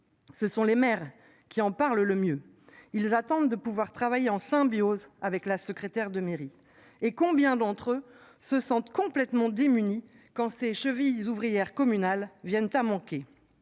Ce sont les maires qui en parlent le mieux. Ils attendent de pouvoir travailler en symbiose avec la secrétaire de mairie et combien d'entre eux se sentent complètement démunis quand ses chevilles ouvrières communal viennent à manquer.